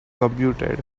computed